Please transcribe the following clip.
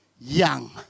young